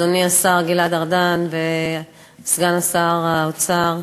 אדוני השר גלעד ארדן וסגן שר האוצר,